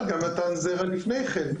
אבל גם מתן זרע לפני כן.